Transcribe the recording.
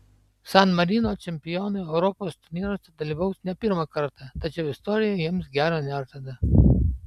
san marino čempionai europos turnyruose dalyvaus ne pirmą kartą tačiau istorija jiems gero nežada